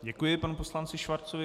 Děkuji panu poslanci Schwarzovi.